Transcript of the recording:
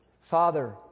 Father